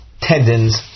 tendons